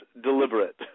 deliberate